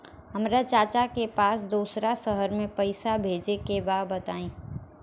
हमरा चाचा के पास दोसरा शहर में पईसा भेजे के बा बताई?